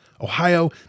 Ohio